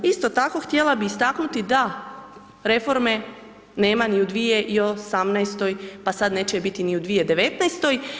Isto tako, htjela bi istaknuti da reforme nema ni u 2018., pa sada neće biti ni u 2019.